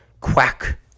quack